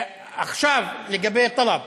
עכשיו, לגבי טלב,